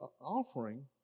offering